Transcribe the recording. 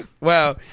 Wow